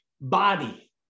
body